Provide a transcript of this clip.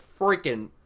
freaking